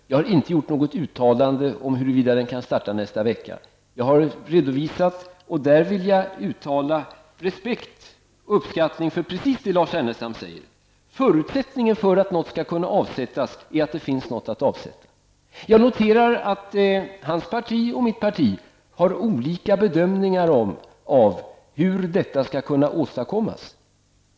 Jag har inte gjort något uttalande om huruvida den skall starta nästa vecka. Jag vill uttala respekt och uppskattning för precis det som Lars Ernestam säger, nämligen att förutsättningen för att något skall kunna avsättas är att det finns något att avsätta. Jag noterar att Lars Ernestams parti och mitt parti gör olika bedömningar av hur detta skall kunna åstadkommas.